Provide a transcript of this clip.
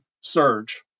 surge